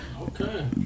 Okay